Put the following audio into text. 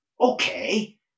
okay